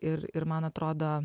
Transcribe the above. ir ir man atrodo